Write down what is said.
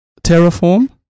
Terraform